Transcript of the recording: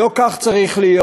לא כך צריך להיות.